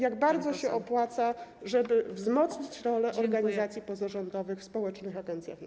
jak bardzo się opłaca, żeby wzmocnić rolę organizacji pozarządowych w społecznych agencjach najmu.